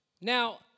Now